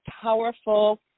powerful